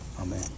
Amen